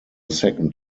second